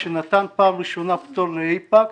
כשנתן פעם ראשונה פטור לאייפקס,